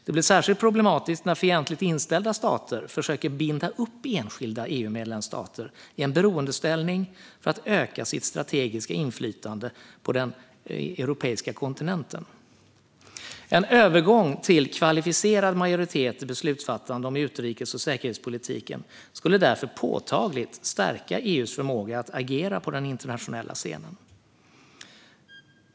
Det blir särskilt problematiskt när fientligt inställda stater försöker binda upp enskilda EU-medlemsstater i en beroendeställning för att öka sitt strategiska inflytande på den europeiska kontinenten. En övergång till kvalificerad majoritet i beslutsfattande om utrikes och säkerhetspolitiken skulle därför påtagligt stärka EU:s förmåga att agera på den internationella scenen.